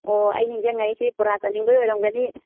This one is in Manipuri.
ꯑꯣ ꯑꯩ ꯅꯤꯡꯁꯤꯡꯂꯛꯏꯁꯤ ꯕꯣꯔꯥ ꯆꯥꯅꯤꯡꯕꯒꯤ ꯑꯣꯏꯔꯝꯒꯅꯤ